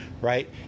right